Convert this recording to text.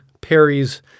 Perry's